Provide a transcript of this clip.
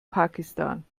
pakistan